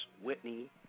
Whitney